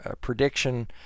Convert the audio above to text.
prediction